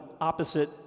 opposite